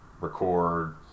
record